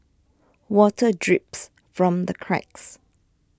water drips from the cracks